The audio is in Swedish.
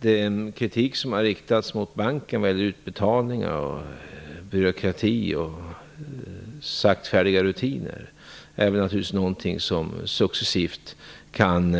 Den kritik som har riktats mot banken vad gäller utbetalningar, byråkrati och saktfärdiga rutiner gäller problem som naturligtvis kan